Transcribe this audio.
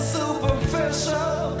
superficial